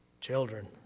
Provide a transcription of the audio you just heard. Children